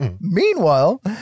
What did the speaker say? Meanwhile